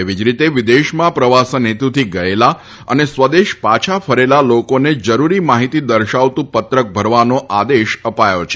એવી જ રીતે વિદેશમાં પ્રવાસન હેતુથી ગયેલા અને સ્વદેશ પાછા ફરેલા લોકોને જરૂરી માહિતી દર્શાવતુ પત્રક ભરવાનો આદેશ અપાયો છે